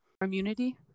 immunity